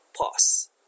pause